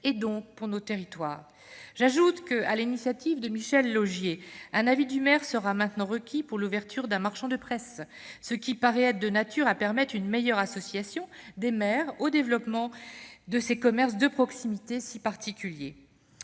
et donc pour nos territoires. J'ajoute que, sur l'initiative de Michel Laugier, un avis du maire sera maintenant requis pour l'ouverture d'un point de presse. Cette disposition me semble de nature à permettre une meilleure association des maires au développement de ces commerces de proximité si particuliers.